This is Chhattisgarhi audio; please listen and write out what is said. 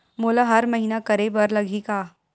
मोला हर महीना करे बर लगही का?